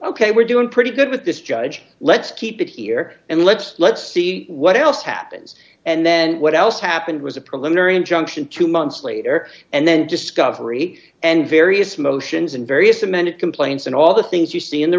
ok we're doing pretty good with this judge let's keep it here and let's let's see what else happens and then what else happened was a preliminary injunction two months later and then discovery and various motions and various amended complaints and all the things you see in the